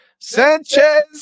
Sanchez